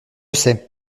sais